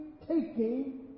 taking